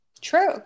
True